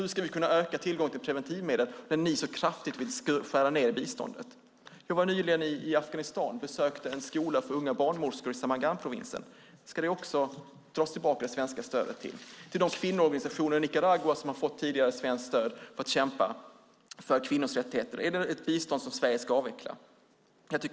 Hur ska vi kunna öka tillgången till preventivmedel när Sverigedemokraterna vill skära ned biståndet så kraftigt? Jag var nyligen i Afghanistan och besökte en skola för unga barnmorskor i Samanganprovinsen. Ska det svenska stödet till dem också dras tillbaka? Ska Sverige avveckla biståndet till de kvinnoorganisationer i Nicaragua som fått svenskt stöd för att kämpa för kvinnors rättigheter? Jag tycker att Julia Kronlid egentligen borde få förklara sig.